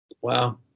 Wow